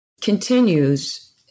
continues